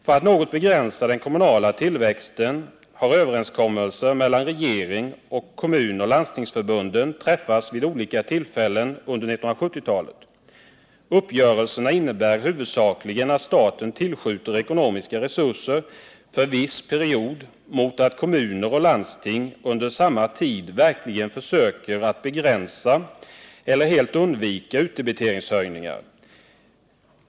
För att något begränsa den kommunala tillväxten har överenskommelser mellan regeringen och kommunoch landstingsförbunden träffats vid olika tillfällen under 1970-talet. Uppgörelserna innebär huvudsakligen att staten tillskjuter ekonomiska resurser för viss period mot att kommuner och landsting under samma tid verkligen försöker att begränsa eller helt undvika utdebiteringshöjningar.